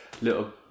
little